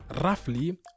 roughly